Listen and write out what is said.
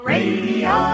Radio